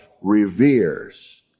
reveres